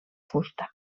fusta